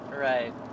Right